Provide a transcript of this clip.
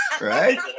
Right